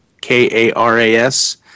K-A-R-A-S